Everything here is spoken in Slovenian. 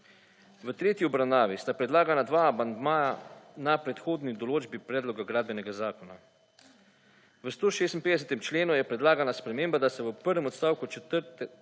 V tretji obravnavi sta predlagana dva amandmaja na predhodni določbi predloga gradbenega zakona. V 156. členu je predlagana sprememba, da se v prvem odstavku črtata